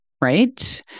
right